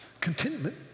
contentment